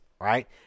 right